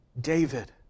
David